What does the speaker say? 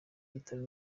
yitaba